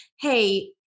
Hey